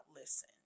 listen